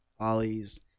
ollies